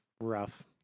rough